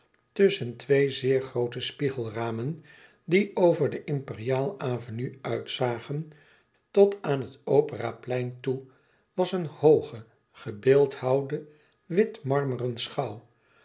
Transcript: tusschen twee zeer groote spiegelramen die over de imperiaal avenue uitzagen tot aan het opera plein toe was een hooge gebeeldhouwde wit marmeren